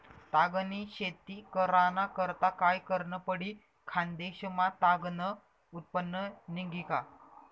ताग नी शेती कराना करता काय करनं पडी? खान्देश मा ताग नं उत्पन्न निंघी का